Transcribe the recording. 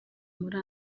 muri